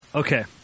Okay